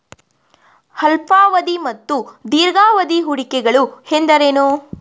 ಅಲ್ಪಾವಧಿ ಮತ್ತು ದೀರ್ಘಾವಧಿ ಹೂಡಿಕೆಗಳು ಎಂದರೇನು?